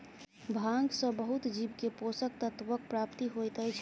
भांग सॅ बहुत जीव के पोषक तत्वक प्राप्ति होइत अछि